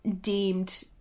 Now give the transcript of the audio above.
deemed